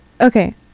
Okay